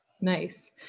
nice